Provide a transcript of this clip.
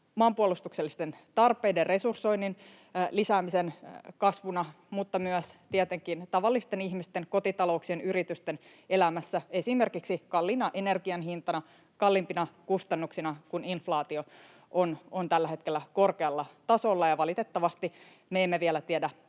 maanpuolustuksellisten tarpeiden resursoinnin lisäämisen kasvuna, mutta myös tietenkin tavallisten ihmisten, kotitalouksien ja yritysten elämässä, esimerkiksi kalliina energian hintana ja kalliimpina kustannuksina, kun inflaatio on tällä hetkellä korkealla tasolla, ja valitettavasti me emme vielä tiedä,